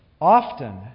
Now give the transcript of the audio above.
Often